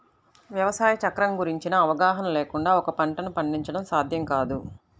వ్యవసాయ చక్రం గురించిన అవగాహన లేకుండా ఒక పంటను పండించడం సాధ్యం కాదు